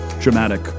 dramatic